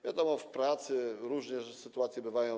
Wiadomo, w pracy różne sytuacje bywają.